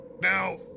Now